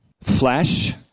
Flesh